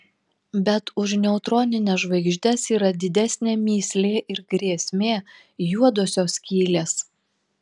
bet už neutronines žvaigždes yra didesnė mįslė ir grėsmė juodosios skylės